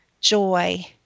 joy